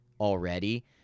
already